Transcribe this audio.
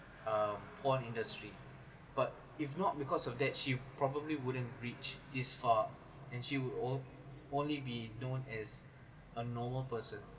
uh porn industry but if not because of that she probably wouldn't reached this far and she would only be known as a normal person